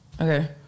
Okay